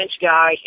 guy